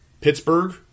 Pittsburgh